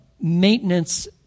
maintenance